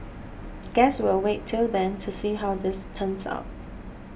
guess we'll wait till then to see how this turns out